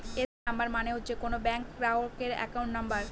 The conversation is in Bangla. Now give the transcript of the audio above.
এ.সি নাম্বার মানে হচ্ছে কোনো ব্যাঙ্ক গ্রাহকের একাউন্ট নাম্বার